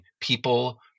people